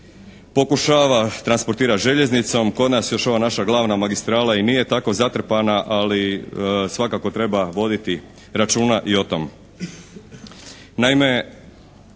pokušava transportirati željeznicom. Kod nas još ova naša glavna magistrala i nije tako zatrpana, ali svakako treba voditi računa i o tom.